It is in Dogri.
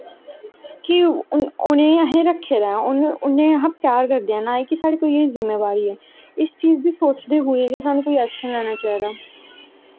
कि उ'नेंगी असैं रक्खे दा ऐ उ'नेंगी अस प्यार करदे ऐं एह् साढ़ी जिम्मेंबारी ऐ इस चीज़ गी सोचदे होई गै स्हानू कोई ऐक्शन लैना चाही दा